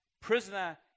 prisoner